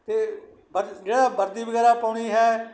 ਅਤੇ ਬਰ ਜਿਹੜਾ ਵਰਦੀ ਵਗੈਰਾ ਪਾਉਣੀ ਹੈ